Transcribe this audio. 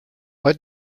what